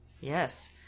Yes